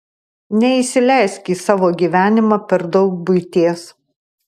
neįsileisk į savo gyvenimą per daug buities